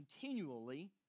continually